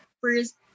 first